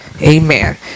Amen